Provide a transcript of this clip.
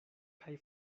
kaj